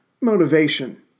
Motivation